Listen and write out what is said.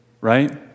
Right